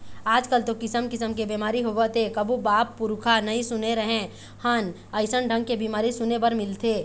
आजकल तो किसम किसम के बेमारी होवत हे कभू बाप पुरूखा नई सुने रहें हन अइसन ढंग के बीमारी सुने बर मिलथे